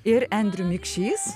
ir andrew mikšys